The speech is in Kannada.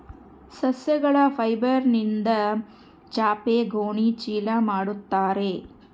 ಸಸ್ಯಗಳ ಫೈಬರ್ಯಿಂದ ಚಾಪೆ ಗೋಣಿ ಚೀಲ ಮಾಡುತ್ತಾರೆ